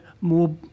more